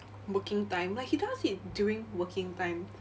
working time like he does it during working time